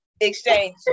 Exchange